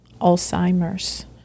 Alzheimer's